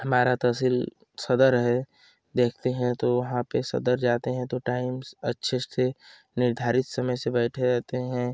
हमारा तहसील सदर है देखते हैं तो वहाँ पर सदर जाते हैं तो टाइम अच्छे से निर्धारित समय से बैठे रहते हैं